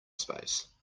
space